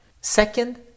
Second